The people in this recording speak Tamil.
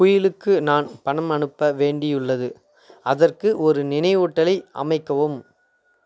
குயிலுக்கு நான் பணம் அனுப்ப வேண்டியுள்ளது அதற்கு ஒரு நினைவூட்டலை அமைக்கவும்